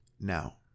Now